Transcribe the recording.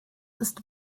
ist